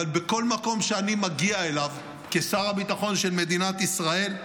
אבל בכל מקום שאני מגיע אליו כשר הביטחון של מדינת ישראל,